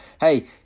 Hey